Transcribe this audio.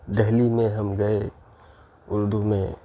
دہلی میں ہم گئے اردو میں